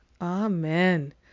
Amen